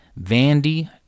Vandy